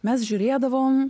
mes žiūrėdavom